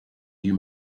you